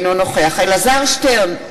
אינו נוכח אלעזר שטרן,